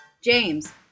James